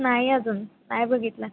नाही अजून नाही बघितला